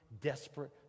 desperate